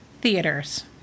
theaters